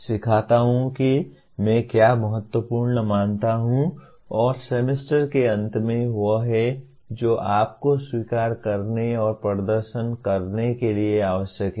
मैं सिखाता हूं कि मैं क्या महत्वपूर्ण मानता हूं और सेमेस्टर के अंत में वह है जो आपको स्वीकार करने और प्रदर्शन करने के लिए आवश्यक है